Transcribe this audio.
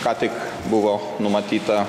ką tik buvo numatyta